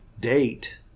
date